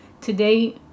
Today